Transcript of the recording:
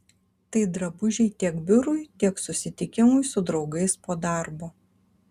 tai drabužiai tiek biurui tiek susitikimui su draugais po darbo